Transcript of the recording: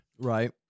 right